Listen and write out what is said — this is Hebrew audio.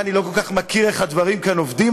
אני לא כל כך מכיר איך הדברים כאן עובדים,